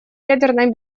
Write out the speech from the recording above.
ядерной